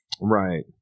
Right